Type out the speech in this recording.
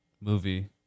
movie